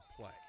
play